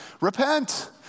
Repent